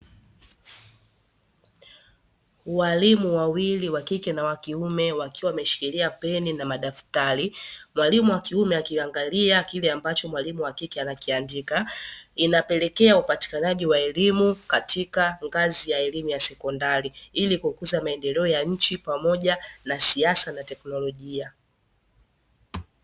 Walimu wawili wa kike na wa kiume wakiwa wameshikilia peni na madaftari, mwalimu wa kiume akiangalia kile ambacho mwalimu wa kike anakiandika. Inapelekea upatikanaji wa elimu katika ngazi ya elimu ya sekondari, ili kukuza maendeleo ya nchi pamoja na siasa na teknolojia.